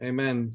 Amen